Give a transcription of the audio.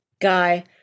guy